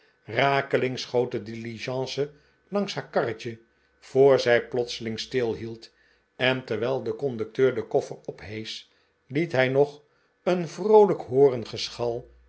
rakelings schoot de diligence langs haar karretje voor zij plotseling stilhield en terwijl de conducteur den koffer opheesch liet hij nog een vroolijk